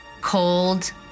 Cold